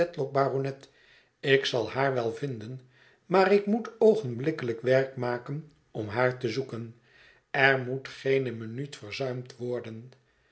ik zal haar wel vinden maar ik moet oogenblikkelijk werk maken om haar te zoeken er moet geene minuut verzuimd worden